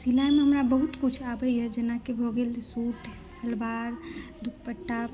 सिलइमे हमरा बहुत किछु आबैया जेनाकी भऽ गेल सूट सलवार दुपट्टा